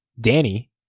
danny